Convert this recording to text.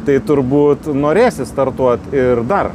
tai turbūt norėsi startuot ir dar